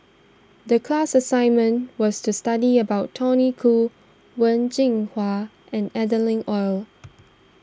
the class assignment was to study about Tony Khoo Wen Jinhua and Adeline Ooi